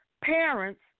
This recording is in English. parents